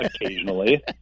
occasionally